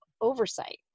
oversight